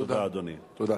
תודה,